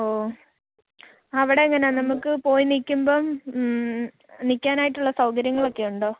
ഓ അവിടെ എങ്ങനെയാണ് നമുക്ക് പോയി നിൽക്കുമ്പം നിൽക്കാനായിട്ടുള്ള സൗകര്യങ്ങളൊക്കെ ഉണ്ടോ